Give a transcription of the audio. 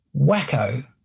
wacko